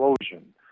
explosion